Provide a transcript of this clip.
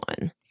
one